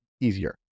easier